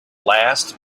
last